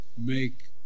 make